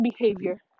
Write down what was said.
behavior